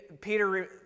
Peter